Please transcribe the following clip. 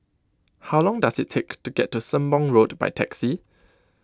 how long does it take to get to Sembong Road by taxi